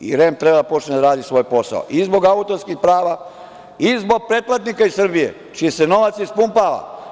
Jer, REM treba da počne da radi svoj posao, i zbog autorskih prava i zbog pretplatnika iz Srbije, jer se novac ispumpava.